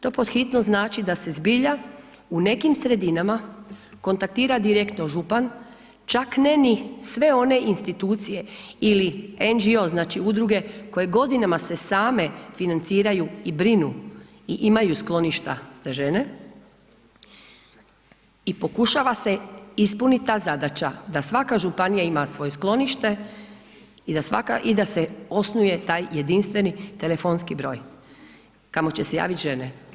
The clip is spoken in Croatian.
To pod hitno znači da se zbilja u nekim sredinama kontaktira direktno župan, čak ne ni sve one institucije ili NGO, znači udruge koje godinama se same financiraju i brinu i imaju skloništa za žene i pokušava ispunit ta zadaća, da svaka županija ima svoje sklonište i da se osnuje taj jedinstveni telefonski broj kamo će se javit žene.